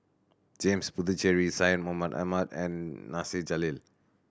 James Puthucheary Syed Mohamed Ahmed and Nasir Jalil